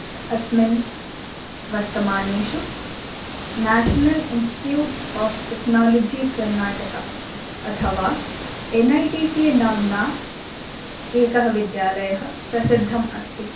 अस्मिन् वर्तमानेषु national institute of technology Karnataka अथवा एन् ऐ टि के नाम्ना एकः विद्यालयः प्रसिद्धम् अस्ति